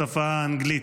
בשפה האנגלית.